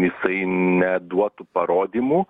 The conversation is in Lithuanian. jisai neduotų parodymų